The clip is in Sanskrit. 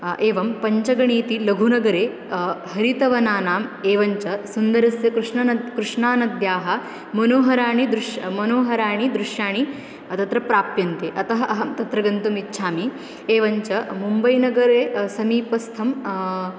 एवं पञ्चगणीति लघुनगरे हरितवनानाम् एवञ्च सुन्दरस्य कृष्णानदी कृष्णानद्याः मनोहराणि दृश्य मनोहराणि दृश्याणि तत्र प्राप्यन्ते अतः अहं तत्र गन्तुम् इच्छामि एवञ्च मुम्बैनगरे समीपस्थं